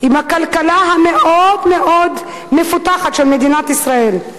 עם הכלכלה המפותחת מאוד של ממשלת ישראל.